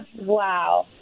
Wow